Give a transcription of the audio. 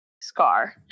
scar